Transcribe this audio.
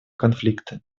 конфликта